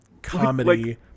comedy